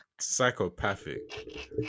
Psychopathic